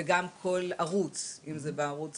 וגם כל ערוץ, אם זה בערוץ